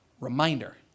Reminder